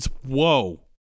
whoa